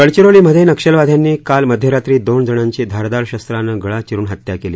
गडचिरोलीमध्ये नक्षलवाद्यांनी काल मध्यरात्री दोन जणांची धारदार शस्त्रानं गळा चिरुन हत्या केली